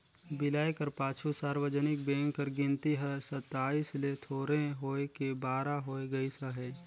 बिलाए कर पाछू सार्वजनिक बेंक कर गिनती हर सताइस ले थोरहें होय के बारा होय गइस अहे